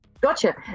Gotcha